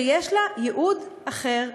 שיש לה ייעוד אחר,